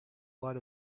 lot